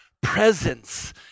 presence